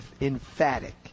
emphatic